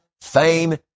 fame